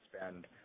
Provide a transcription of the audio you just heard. spend